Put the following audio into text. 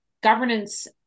governance